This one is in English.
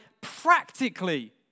practically